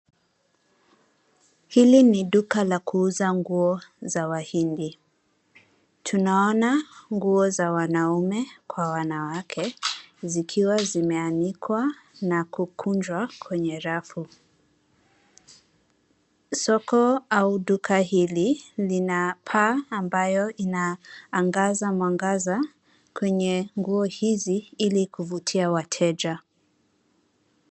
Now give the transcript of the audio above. Hili ni duka la kuuza nguo za wahindi. Tunaona nguo za wanaume kwa wanawake zikiwa zimeanikwa na kukunjwa kwenye rafu. Soko au duka hili lina paa ambayo inaangaza mwangaza kwenye nguo hizi ili kuvutia wateja.